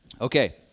Okay